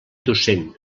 docent